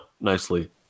nicely